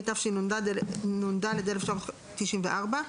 התשנ"ד 1994,